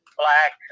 black